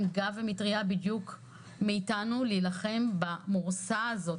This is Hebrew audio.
גב ומטרייה מאתנו להילחם במורסה הזאת,